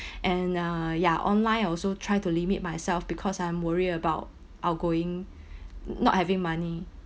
and uh ya online also try to limit myself because I'm worry about I'll going not having money